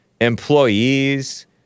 Employees